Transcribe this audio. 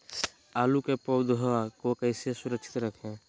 आलू के पौधा को कैसे सुरक्षित रखें?